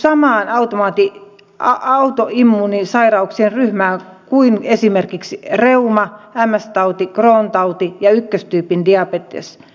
keliakia kuuluu samaan autoimmuunisairauksien ryhmään kuin esimerkiksi reuma ms tauti crohnin tauti ja ykköstyypin diabetes